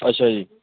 ਅੱਛਾ ਜੀ